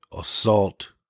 assault